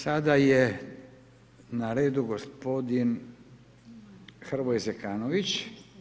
Sada je na redu gospodin Hrvoje Zekanović.